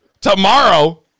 tomorrow